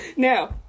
No